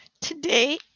Today